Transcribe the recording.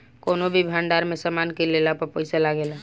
कौनो भी भंडार में सामान के लेला पर पैसा लागेला